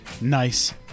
nice